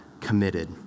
committed